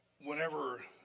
whenever